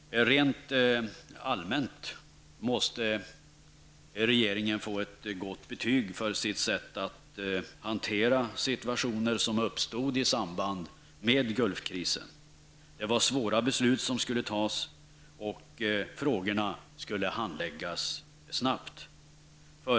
Rent allmänt måste regeringen få ett gott betyg för sitt sätt att hantera situationer som uppstod i samband med Gulfkrisen. Det var svåra beslut som skulle fattas och frågor skulle handläggas under tidspress.